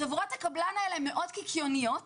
חברות הקבלן האלה מאוד קיקיוניות.